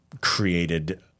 created